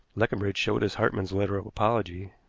leconbridge showed us hartmann's letter of apology.